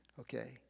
Okay